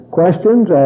questions